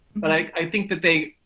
but i think that they.